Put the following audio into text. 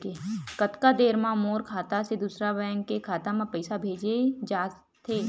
कतका देर मा मोर खाता से दूसरा बैंक के खाता मा पईसा भेजा जाथे?